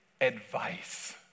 advice